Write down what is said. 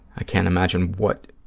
i can't imagine what,